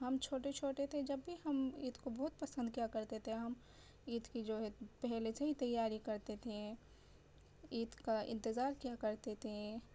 ہم چھوٹے چھوٹے تھے جب بھی ہم عید کو بہت پسند کیا کرتے تھے ہم عید کی جو ہے پہلے سے ہی تیاری کرتے تھے عید کا انتظار کیا کرتے تھے